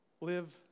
live